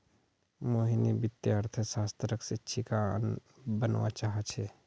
मोहिनी वित्तीय अर्थशास्त्रक शिक्षिका बनव्वा चाह छ